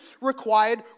required